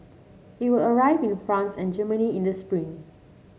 it will arrive in France and Germany in the spring